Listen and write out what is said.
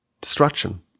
destruction